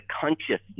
consciousness